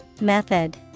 Method